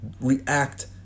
react